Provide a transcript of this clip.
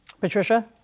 Patricia